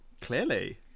Clearly